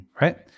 right